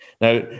Now